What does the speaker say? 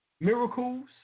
miracles